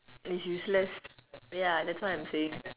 is useless ya that's what I'm saying